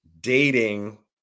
dating